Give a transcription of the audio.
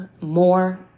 more